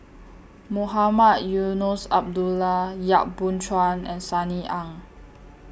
Mohamed Eunos Abdullah Yap Boon Chuan and Sunny Ang